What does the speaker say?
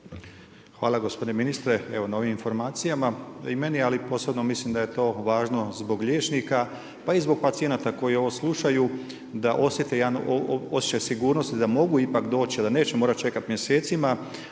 Hvala gospodine ministre na ovim informacijama. I meni, ali posebno mislim da je to važno zbog liječnika, pa i zbog pacijenata koji ovo slušaju, da osjete osjećaj sigurnosti, da mogu ipak doći a da neće morati čekati mjesecima.